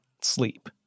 sleep